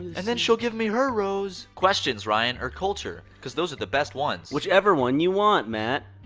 and then she'll give me her rose. questions, ryan, or culture? cause those are the best ones. whichever one you want, matt.